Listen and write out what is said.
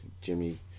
Jimmy